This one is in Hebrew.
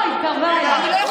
היא כאן.